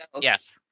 Yes